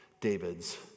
David's